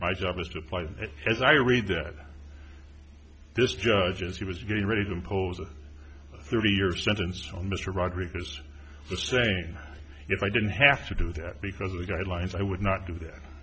my job is to apply it as i read that this judge is he was getting ready to impose a thirty year sentence on mr rodriguez for saying if i didn't have to do that because of the guidelines i would not do that